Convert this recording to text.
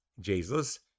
Jesus